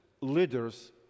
leaders